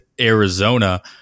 Arizona